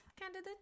candidate